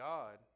God